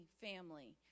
family